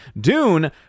Dune